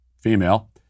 female